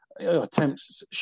attempts